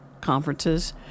conferences